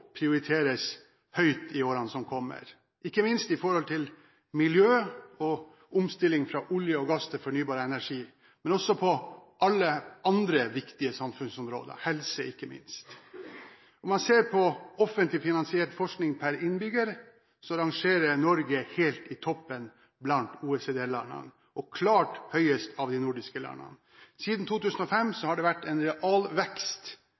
prioriteres høyt i årene som kommer, ikke minst med tanke på miljøet og omstilling fra olje og gass til fornybar energi, men også på alle andre viktige samfunnsområder, som f.eks. helse. Når man ser på offentlig finansiert forskning per innbygger, rangeres Norge helt i toppen blant OECD-landene og klart høyest av de nordiske landene. Siden 2005